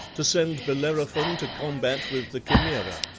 to send bellerophon to combat with the chimaera.